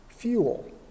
fuel